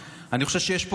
ואני גם לא באתי אליך,